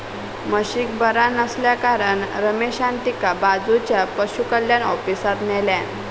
म्हशीक बरा नसल्याकारणान रमेशान तिका बाजूच्या पशुकल्याण ऑफिसात न्हेल्यान